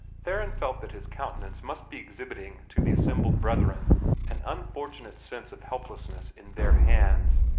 theron felt that his countenance must be exhibiting to the assembled brethren an unfortunate sense of helplessness in their hands.